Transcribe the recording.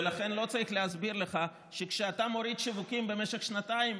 ולכן לא צריך להסביר לך שכשאתה מוריד שיווקים במשך שנתיים,